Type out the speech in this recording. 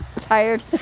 Tired